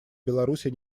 беларуси